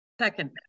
Second